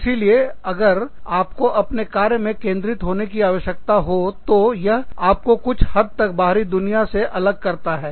इसीलिए अगर आपको अपने कार्य में केंद्रित होने की आवश्यकता हो तो यह आपको कुछ हद तक बाहरी दुनिया से अलग करता है